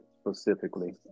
specifically